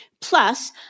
Plus